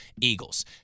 Eagles